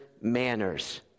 manners